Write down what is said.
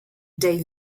they